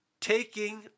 taking